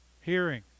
hearing